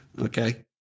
okay